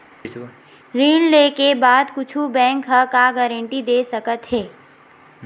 ऋण लेके बाद कुछु बैंक ह का गारेंटी दे सकत हे?